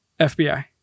FBI